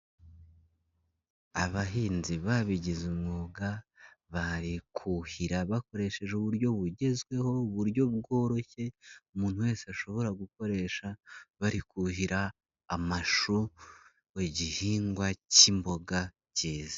Abahinzi babigize umwuga bari kuhira bakoresheje uburyo bugezweho uburyo bworoshye umuntu wese ashobora gukoresha, bari kuhira amashu, igihingwa cy'imboga kizi.